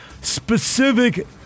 specific